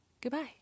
Goodbye